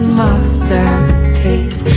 masterpiece